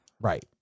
Right